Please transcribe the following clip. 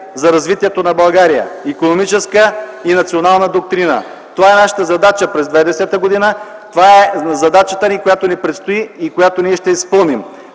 за развитието на България – икономическа и национална доктрина. Това е нашата задача през 2010 г. Това е задачата ни, която ни предстои и която ние ще изпълним.